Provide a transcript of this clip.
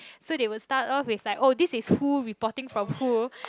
so they will start off with like oh this is who reporting from who